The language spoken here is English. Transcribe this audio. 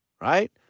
Right